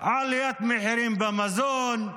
עליית מחירים במזון,